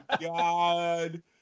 god